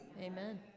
Amen